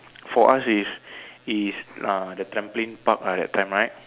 for us is is uh the trampoline-park ah that time right